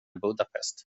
budapest